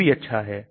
यह भी अच्छा है